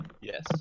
Yes